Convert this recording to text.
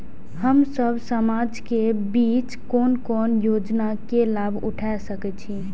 हम सब समाज के बीच कोन कोन योजना के लाभ उठा सके छी?